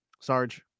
Sarge